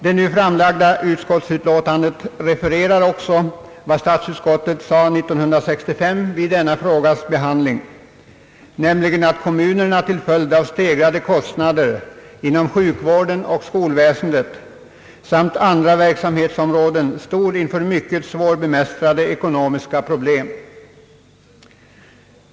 Det nu framlagda utskottsutlåtandet refererar också vad statsutskottet ansåg år 1965 vid denna frågas behandling, nämligen att kommunerna till följd av stegrade kostnader inom sjukvården och skolväsendet samt inom andra verksamhetsområden stod inför mycket svårbemästrade ekonomiska problem.